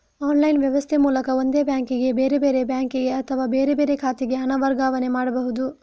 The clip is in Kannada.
ಆನ್ಲೈನ್ ವ್ಯವಸ್ಥೆ ಮೂಲಕ ಒಂದೇ ಬ್ಯಾಂಕಿಗೆ, ಬೇರೆ ಬೇರೆ ಬ್ಯಾಂಕಿಗೆ ಅಥವಾ ಬೇರೆ ಬೇರೆ ಖಾತೆಗೆ ಹಣ ವರ್ಗಾವಣೆ ಮಾಡ್ಬಹುದು